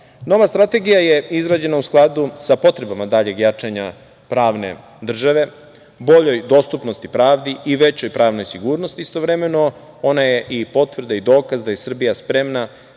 Strategija je izrađena u skladu sa potrebama daljeg jačanja pravne države, boljoj dostupnosti pravdi i većoj pravnoj sigurnosti. Istovremeno, ona je potvrda i dokaz da je Srbija spremna